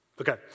Okay